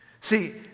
See